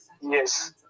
yes